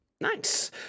Nice